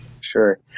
Sure